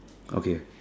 okay